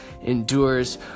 endures